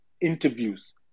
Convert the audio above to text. interviews